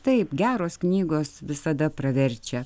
taip geros knygos visada praverčia